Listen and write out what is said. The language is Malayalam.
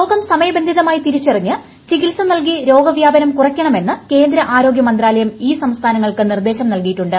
രോഗം സമയബന്ധിതമായി തിരിച്ചറിഞ്ഞ് ചികിൽസ നൽകി രോഗവ്യാപനം കുറയ്ക്കണമെന്ന് കേന്ദ്രആരോഗൃ മന്ത്രാലയം ഈ സംസ്ഥാനങ്ങൾക്ക് നിർദേശം നൽകിയിട്ടുണ്ട്